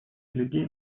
людей